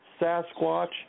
Sasquatch